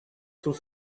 sul